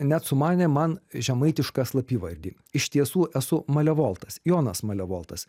net sumanė man žemaitišką slapyvardį iš tiesų esu malevoltas jonas malevoltas